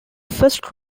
first